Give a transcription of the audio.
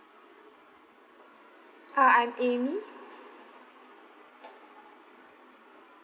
uh I'm amy